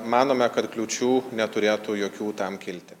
manome kad kliūčių neturėtų jokių tam kilti